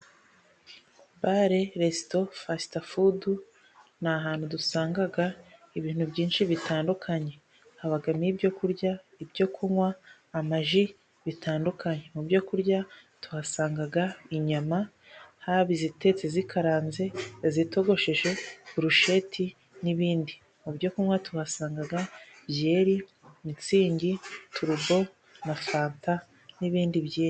Bare resto fasitifudu ni ahantu dusanga ibintu byinshi bitandukanye habamo ibyo kurya ibyo kunywa amaji bitandukanye, mu byo kurya tuhasanga inyama haba izitetse ,izikaranze ,izitogosheje, burusheti n'ibindi mu byo kunywa tuhasanga, byeri, mitsingi, turubo na fanta n'ibindi byinshi.